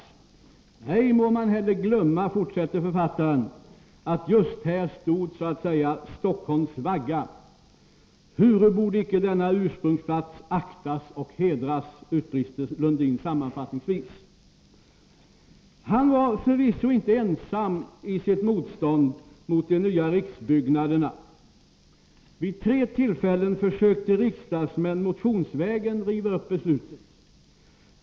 ”Ej må man heller glömma”, fortsätter författaren, ”att just här stod, så att säga, Stockholms vagga.” — ”Huru borde icke denna ursprungsplats aktas och hedras!” utbrister Lundin sammanfattningsvis. Han var förvisso inte ensam i sitt motstånd mot de nya riksbyggnaderna. Vid tre tillfällen försökte riksdagsmän motionsvägen riva upp beslutet.